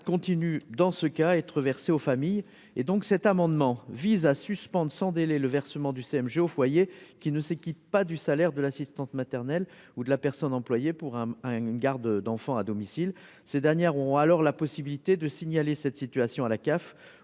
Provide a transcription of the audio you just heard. continue dans ce cas être versée aux familles et, donc, cet amendement vise à suspendre sans délai le versement du CMG au foyer qui ne se quittent pas du salaire de l'assistante maternelle ou de la personne employée pour un, un, une garde d'enfant à domicile, ces dernières ont alors la possibilité de signaler cette situation à la CAF